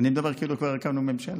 אני מדבר כאילו כבר הקמנו ממשלה,